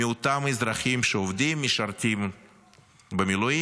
מאותם אזרחים שעובדים, משרתים במילואים,